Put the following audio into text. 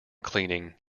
cleaning